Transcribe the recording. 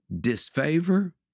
disfavor